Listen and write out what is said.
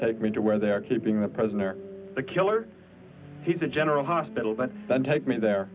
take me to where they are keeping the prisoner the killer he's a general hospital but don't take me there